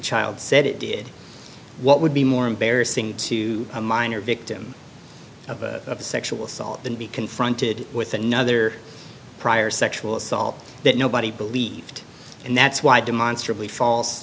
child said it did what would be more embarrassing to a minor victim of a sexual assault than be confronted with another prior sexual assault that nobody believed and that's why demonstrably false